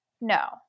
No